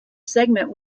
segment